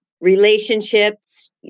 Relationships